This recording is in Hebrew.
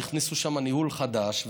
הכניסו שם ניהול חדש,